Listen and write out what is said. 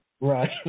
Right